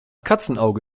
katzenauge